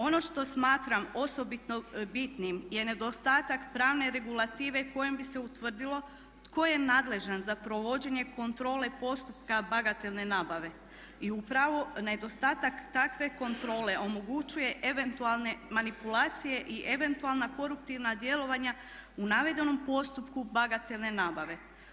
Ono što smatram osobito bitnim je nedostatak pravne regulative kojom bi se utvrdilo tko je nadležan za provođenje kontrole postupka bagatelne nabave i u pravilu nedostatak takve kontrole omogućuje eventualne manipulacije i eventualna koruptivna djelovanja u navedenom postupku bagatelne nabave.